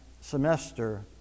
semester